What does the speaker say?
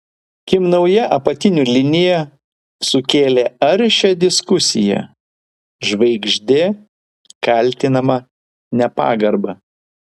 kim nauja apatinių linija sukėlė aršią diskusiją žvaigždė kaltinama nepagarba